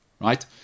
right